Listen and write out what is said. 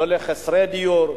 לא לחסרי דיור.